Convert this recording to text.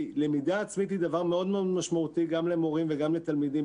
למידה עצמית היא דבר מאוד מאוד משמעותי גם למורים וגם לתלמידים,